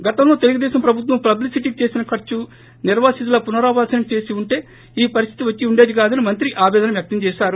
గతంలో తెలుగుదేశం ప్రభుత్వం పబ్లిసిటీకి చేసిన ఖర్సు నిర్వాసితుల పునరావాసానికి చేసి ఉంటే ఈ పరిస్టితో వచ్చి ఉండేది కాదని మంత్రి ఆవేదన వ్యక్తం చేశారు